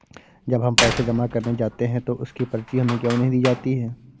जब हम पैसे जमा करने जाते हैं तो उसकी पर्ची हमें क्यो नहीं दी जाती है?